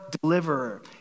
deliverer